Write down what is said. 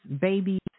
babies